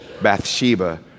Bathsheba